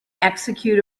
execute